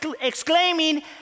exclaiming